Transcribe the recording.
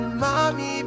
mommy